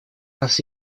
нас